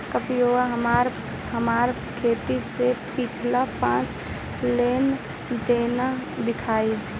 कृपया हमरा हमार खाते से पिछले पांच लेन देन दिखाइ